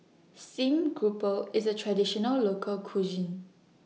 Steamed Grouper IS A Traditional Local Cuisine